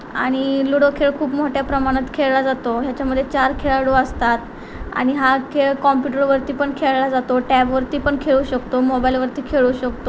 आणि लुडो खेळ खूप मोठ्या प्रमाणात खेळला जातो ह्याच्यामध्ये चार खेळाडू असतात आणि हा खेळ कॉम्प्युटरवरती पण खेळला जातो टॅबवरती पण खेळू शकतो मोबाईलवरती खेळू शकतो